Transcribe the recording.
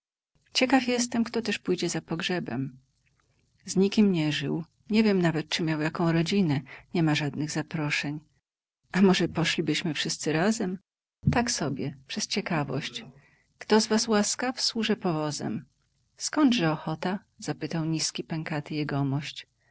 ciekaw jestem kto też pójdzie za pogrzebem z nikim nie żył nie wiem nawet czy miał jaką rodzinę niema żadnych zaproszeń a możebyśmy poszli wszyscy razem tak sobie przez ciekawość kto z was łaskaw służę powozem skądże ochota zapytał nizki pękaty jegomość